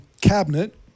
cabinet